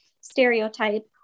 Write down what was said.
stereotype